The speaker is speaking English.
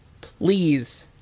please